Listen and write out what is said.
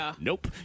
Nope